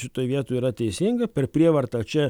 šitoj vietoj yra teisinga per prievartą čia